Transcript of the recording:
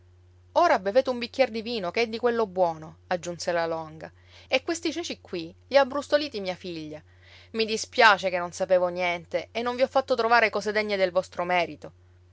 ora bevete un bicchier di vino che è di quello buono aggiunse la longa e questi ceci qui li ha abbrustoliti mia figlia i dispiace che non sapevo niente e non vi ho fatto trovare cose degne del vostro merito